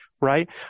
right